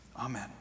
Amen